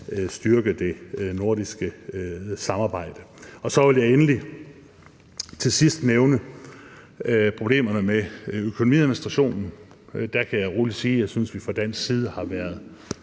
styrke det nordiske samarbejde. Og så vil jeg endelig til sidst nævne problemerne med økonomiadministrationen. Der kan jeg roligt sige, at jeg synes, at vi fra dansk side har været